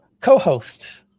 co-host